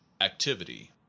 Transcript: activity